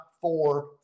four